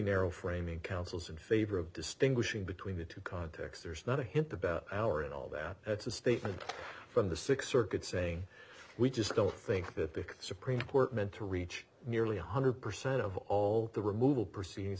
narrow framing counsels in favor of distinguishing between the two contexts there's not a hip about hour at all that it's a statement from the sixth circuit saying we just don't think that the supreme court meant to reach nearly one hundred percent of all the removal proceedings